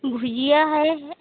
भुजिया है